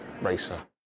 racer